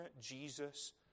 Jesus